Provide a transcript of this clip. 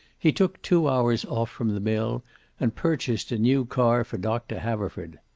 he took two hours off from the mill and purchased a new car for doctor haverford.